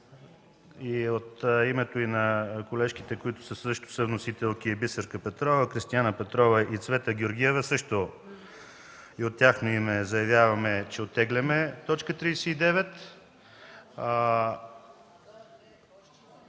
От името и на колежките, които също са съвносителки – Бисерка Петрова, Кристияна Петрова и Цвета Георгиева, също и от тяхно име заявяваме, че оттегляме т. 39. Искам да